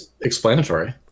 explanatory